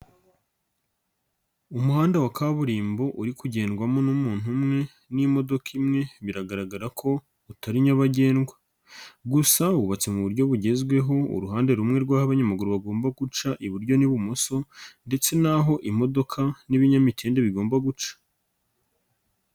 Umuhanda wa kaburimbo uri kugendwamo n'umuntu umwe n'imodoka imwe biragaragara ko utari nyabagendwa gusa wubatse mu buryo bugezweho uruhande rumwe rw'ho abanyamaguru bagomba guca iburyo n'ibumoso ndetse n'aho imodoka n'ibinyamitende bigomba guca.